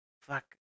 fuck